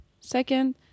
Second